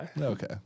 Okay